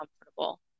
comfortable